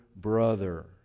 brother